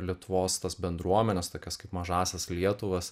lietuvos tas bendruomenes tokias kaip mažąsias lietuvas